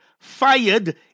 fired